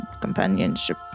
companionship